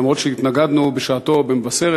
למרות שהתנגדנו בשעתו במבשרת,